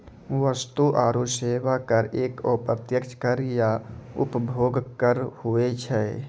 वस्तु आरो सेवा कर एक अप्रत्यक्ष कर या उपभोग कर हुवै छै